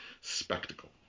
spectacle